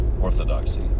Orthodoxy